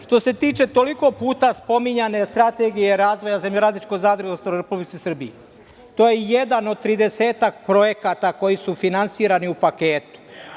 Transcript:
Što se tiče toliko puta spominjane Strategije razvoja zemljoradničkih zadruga u Republici Srbiji, to je jedan od tridesetak projekata koji su finansirani u paketu.